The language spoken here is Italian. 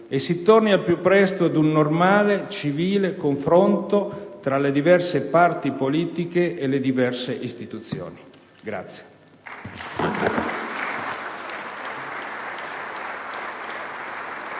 e si torni al più presto ad un normale, civile confronto tra le diverse parti politiche e le diverse istituzioni.